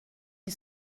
you